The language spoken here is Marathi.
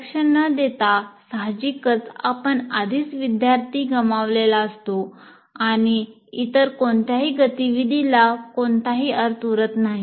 लक्ष न देता साहजिकच आपण आधीच विद्यार्थी गमावलेला असतो आणि इतर कोणत्याही गतिविधीला कोणताही अर्थ उरत नाही